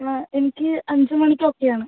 ആ എനിക്ക് അഞ്ച് മണിക്ക് ഓക്കെയാണ്